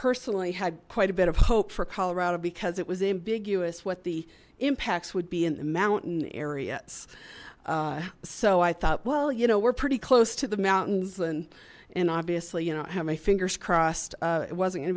personally had quite a bit of hope for colorado because it was ambiguous what the impacts would be in the mountain areas so i thought well you know we're pretty close to the mountains and and obviously you know how my fingers crossed it wasn't go